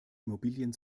immobilien